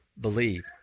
believe